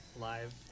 live